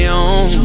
on